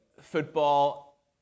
football